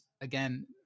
again